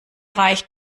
reicht